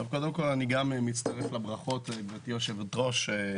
גם אני מצטרף לברכות, גברתי היושבת-ראש.